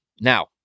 Now